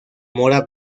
mora